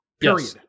Period